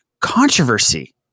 controversy